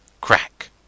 Crack